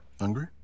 Hungry